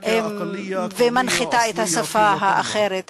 ומנחיתה את השפה האחרת.